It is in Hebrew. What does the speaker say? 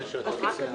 באמת,